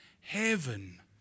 heaven